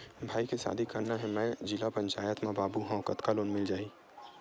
भाई के शादी करना हे मैं जिला पंचायत मा बाबू हाव कतका लोन मिल जाही?